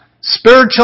spiritual